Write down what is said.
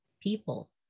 people